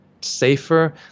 safer